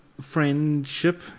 friendship